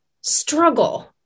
struggle